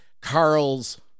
Carl's